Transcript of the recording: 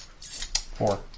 Four